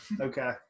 okay